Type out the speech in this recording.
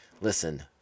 Listen